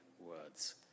words